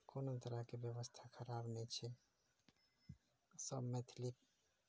कोनो तरहके व्यवस्था खराब नहि छै सब मैथिली